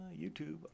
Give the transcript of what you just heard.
YouTube